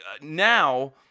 now